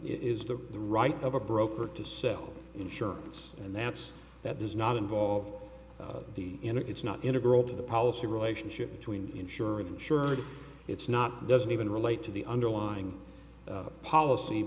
is that the right of a broker to sell insurance and that's that does not involve the end it's not integral to the policy relationship between insurer insured it's not doesn't even relate to the underlying policy